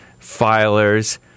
filers